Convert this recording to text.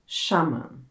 shaman